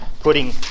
putting